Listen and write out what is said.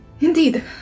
Indeed